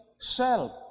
self